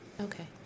Okay